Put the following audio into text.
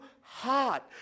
heart